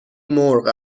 مرغ